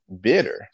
bitter